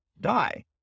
die